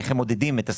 איך הם מודדים את הסכום?